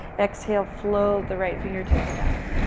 exhale, flow the right fingertips down.